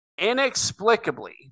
inexplicably